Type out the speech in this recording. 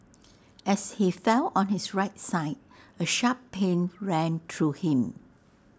as he fell on his right side A sharp pain ran through him